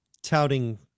touting